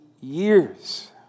years